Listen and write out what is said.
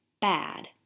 bad